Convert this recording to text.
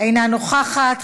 אינה נוכחת.